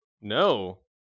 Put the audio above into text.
no